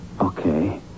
Okay